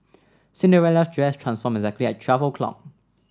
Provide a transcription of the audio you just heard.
Cinderella's dress transformed exactly at twelve o' clock